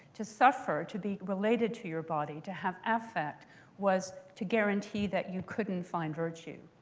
to suffer, to be related to your body, to have affect was to guarantee that you couldn't find virtue.